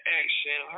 action